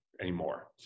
anymore